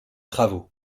travaux